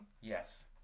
Yes